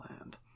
land